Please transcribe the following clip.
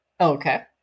Okay